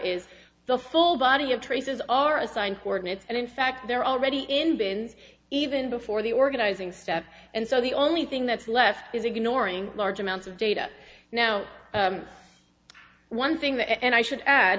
is the full body of traces are assigned coordinates and in fact they're already in bins even before the organizing step and so the only thing that's left is ignoring large amounts of data now one thing that and i should add